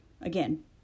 again